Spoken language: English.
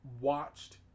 watched